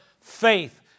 faith